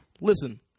Listen